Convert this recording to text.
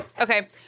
Okay